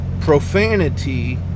profanity